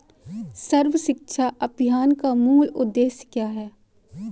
सर्व शिक्षा अभियान का मूल उद्देश्य क्या है?